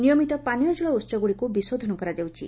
ନିୟମିତ ପାନୀୟ ଜଳ ଉହଗୁଡ଼ିକୁ ବିଶୋଧନ କରାଯାଉଛି